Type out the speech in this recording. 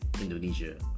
indonesia